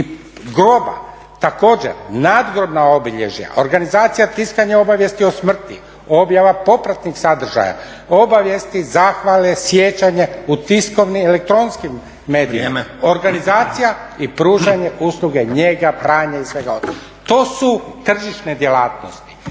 i groba, također nadgrobna obilježja, organizacija tiskanja obavijesti o smrti, objava popratnih sadržaja, obavijesti, zahvale, sjećanja u tiskovnim i elektronskim medijima, organizacija i prožanje usluge njege, pranja i svega ostalog. To su tržišne djelatnosti